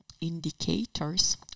indicators